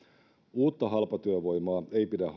uutta halpatyövoimaa ei pidä